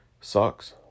sucks